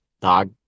dog